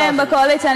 חברים בקואליציה,